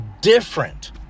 different